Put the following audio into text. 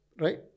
right